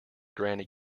granny